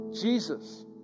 Jesus